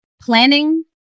planning